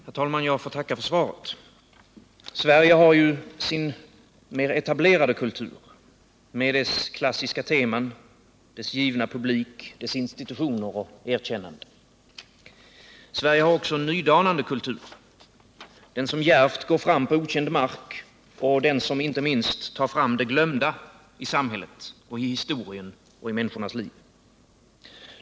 Herr talman! Jag får tacka för svaret på min fråga. Sverige har ju sin mera etablerade kultur med dess klassiska teman, dess givna publik, dess institutioner och erkännanden. Sverige har också en nydanande kultur, den som djärvt går fram på okänd mark och den som inte minst tar fram det glömda i samhället, i historien och i människornas liv.